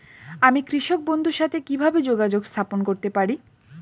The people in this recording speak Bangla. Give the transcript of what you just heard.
আমি কৃষক বন্ধুর সাথে কিভাবে যোগাযোগ স্থাপন করতে পারি?